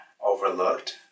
overlooked